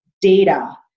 data